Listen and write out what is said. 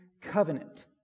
covenant